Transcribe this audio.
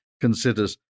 considers